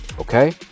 Okay